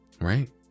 right